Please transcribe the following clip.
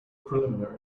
preliminary